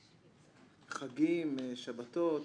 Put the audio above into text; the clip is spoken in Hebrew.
חגים, שבתות.